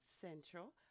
central